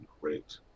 great